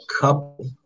couple